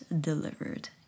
delivered